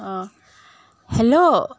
অঁ হেল্ল'